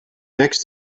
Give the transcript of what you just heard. next